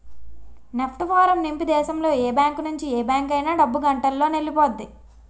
NEFT form నింపి దేశంలో ఏ బ్యాంకు నుంచి ఏ బ్యాంక్ అయినా డబ్బు గంటలోనెల్లిపొద్ది